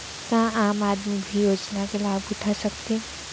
का आम आदमी भी योजना के लाभ उठा सकथे?